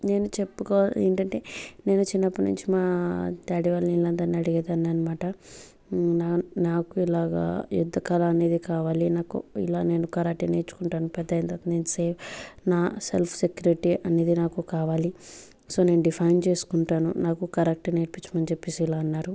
నేను చెప్పుకోవటం ఏంటంటే నేను చిన్నప్పటి నుంచి మా డాడీ వాళ్ళని అందరిని అడిగేదాన్ని అనమాట నా నాకు ఇలాగ ఎందుకలా అనేది కావాలి నాకు ఇలా నేను కరాటే నేర్చుకుంటాను పెద్దయిన తర్వాత నేన్ సే నా సెల్ఫ్ సెక్యూరిటీ అనేది నాకు కావాలి సో నేను డిఫైన్ చేసుకుంటాను నాకు కరాటే నేర్పించమని చెప్పేసి ఇలా అన్నారు